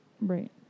Right